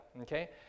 okay